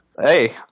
hey